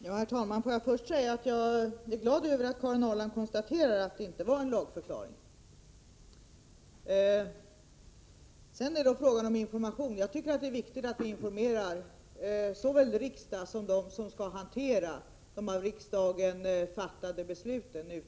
Herr talman! Jag vill först säga att jag är glad över att Karin Ahrland konstaterar att det inte handlade om någon lagförklaring. Beträffande informationen: Jag tycker det är viktigt att vi informerar både riksdagen och de personer som ute på fältet skall hantera de av riksdagen fattade besluten.